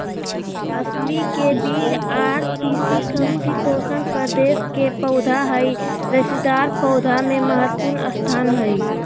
अलसी के बीज आर तीसी समशितोष्ण प्रदेश के पौधा हई रेशेदार पौधा मे महत्वपूर्ण स्थान हई